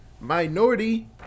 Minority